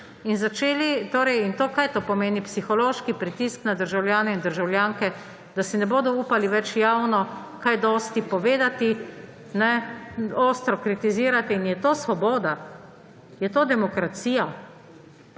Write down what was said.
arbitrarno urejali. In kaj to pomeni? Psihološki pritisk na državljane in državljanke, da si ne bodo upali več javno kaj dosti povedati, ostro kritizirati. Ali je to svoboda, je to demokracija?